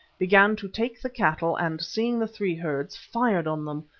began to take the cattle and seeing the three herds, fired on them,